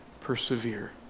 persevere